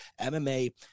MMA